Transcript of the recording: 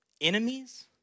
Enemies